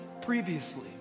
previously